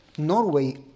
Norway